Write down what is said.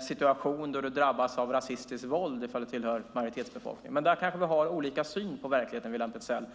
situation då du drabbas av rasistiskt våld om du tillhör majoritetsbefolkningen. Men där kanske William Petzäll och jag har olika syn på verkligheten.